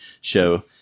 show